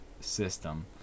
system